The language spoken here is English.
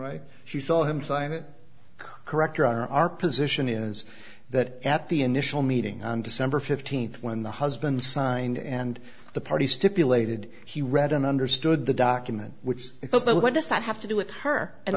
right she saw him sign it correct or are our position is that at the initial meeting on december fifteenth when the husband signed and the party stipulated he read and understood the document which it was but what does that have to do with her and